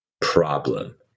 problem